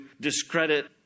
discredit